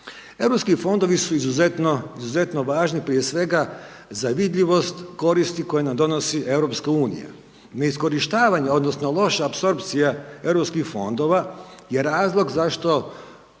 EU fondovi su izuzetno važni, prije svega, za vidljivost koristi koje nam donosi EU. Neiskorištavanje odnosno loša apsorpcija EU fondova je razlog zašto